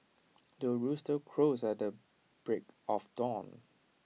the rooster crows at the break of dawn